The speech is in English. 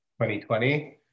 2020